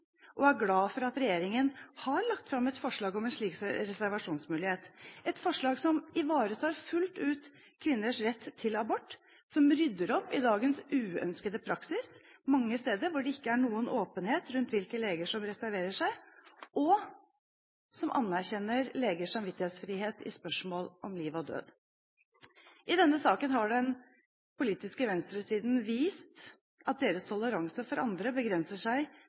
og er glad for at regjeringen har lagt fram et forslag om en slik reservasjonsmulighet – et forslag som fullt ut ivaretar kvinners rett til abort, som rydder opp i dagens uønskede praksis mange steder hvor det ikke er noen åpenhet rundt hvilke leger som reserverer seg, og som anerkjenner legers samvittighetsfrihet i spørsmål om liv og død. I denne saken har den politiske venstresiden vist at deres toleranse for andre begrenser seg